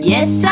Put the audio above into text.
Yes